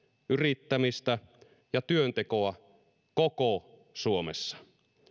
yrittämistä ja työntekoa koko suomessa